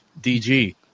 DG